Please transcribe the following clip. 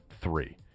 three